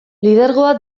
lidergoa